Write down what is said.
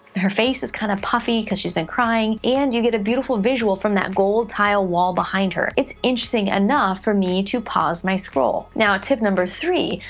her face is kind of puffy cause she's been crying, and you get a beautiful visual from that gold tile wall behind her. it's interesting enough for me to pause my scroll. now, tip number three,